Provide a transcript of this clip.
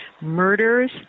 Murders